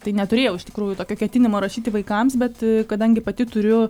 tai neturėjau iš tikrųjų tokio ketinimo rašyti vaikams bet kadangi pati turiu